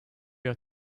your